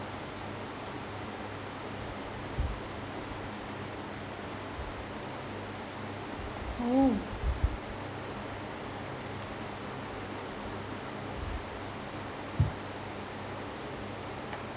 oh